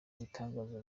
ibitangaza